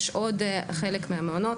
יש עוד חלק מהמעונות,